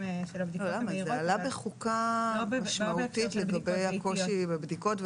זה עלה בחוקה לגבי הקושי בבדיקות.